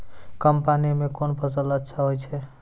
कम पानी म कोन फसल अच्छाहोय छै?